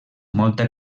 molta